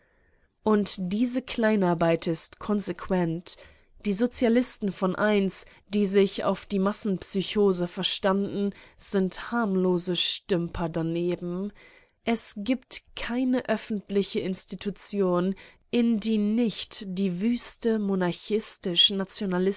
und diese kleinarbeit ist konsequent die sozialisten von einst die sich auf die massenpsychose verstanden sind harmlose stümper daneben es gibt keine öffentliche institution in die nicht die wüste